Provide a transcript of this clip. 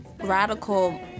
radical